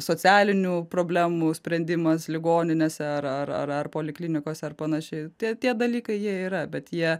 socialinių problemų sprendimas ligoninėse ar ar ar poliklinikose ar panašiai tie tie dalykai jie yra bet jie